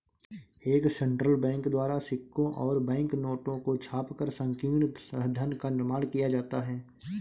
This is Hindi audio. एक सेंट्रल बैंक द्वारा सिक्कों और बैंक नोटों को छापकर संकीर्ण धन का निर्माण किया जाता है